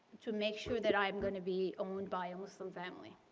to make sure that i'm going to be owned by a muslim family.